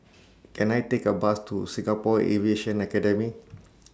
Can I Take A Bus to Singapore Aviation Academy